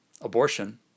Abortion